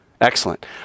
Excellent